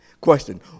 Question